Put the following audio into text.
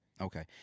Okay